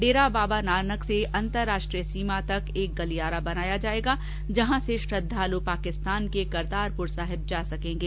डेरा बाबा नानक से अंतरराष्ट्रीय सीमा तक एक गलियारा बनाया जाएगा जहां से श्रद्धाल् पाकिस्तान के करतारपुर साहब जा सकेंगे